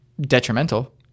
Detrimental